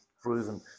proven